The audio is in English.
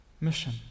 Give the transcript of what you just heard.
Mission